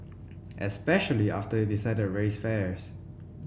especially after you decided to raise fares